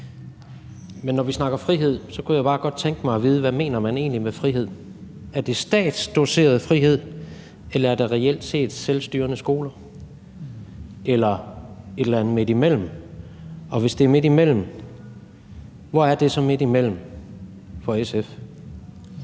Men når vi snakker frihed, kunne jeg bare godt tænke mig at vide, hvad man egentlig mener med frihed. Er det statsdoseret frihed, eller er det reelt set selvstyrende skoler, eller er det et eller andet midt imellem? Og hvis det er midt imellem, hvor er det så ifølge SF